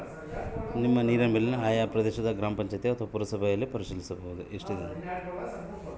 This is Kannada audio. ನನ್ನ ನೇರಿನ ಬಿಲ್ಲನ್ನು ಹೆಂಗ ನೋಡದು?